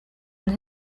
and